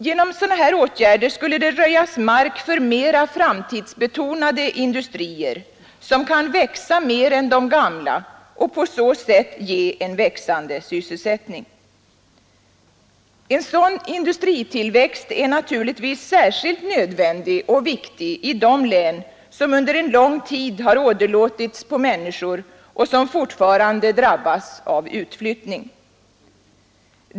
Genom sådana åtgärder skulle det röjas mark för mera framtidsbetonade industrier, som kan växa mer än de gamla och på ätt ge en ökande sysselsättning. En sådan industritillväxt är naturligtvis särskilt nödvändig och viktig i de län som under en lång tid åderlåtits på människor. Och som fortfarande drabbas av utflyttning.